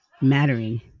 mattering